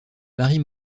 marie